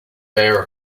bare